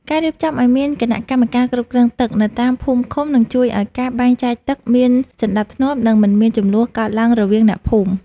ការរៀបចំឱ្យមានគណៈកម្មការគ្រប់គ្រងទឹកនៅតាមភូមិឃុំនឹងជួយឱ្យការបែងចែកទឹកមានសណ្តាប់ធ្នាប់ និងមិនមានជម្លោះកើតឡើងរវាងអ្នកភូមិ។